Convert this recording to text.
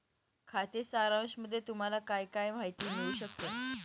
खाते सारांशामध्ये तुम्हाला काय काय माहिती मिळू शकते?